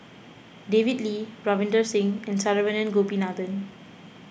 David Lee Ravinder Singh and Saravanan Gopinathan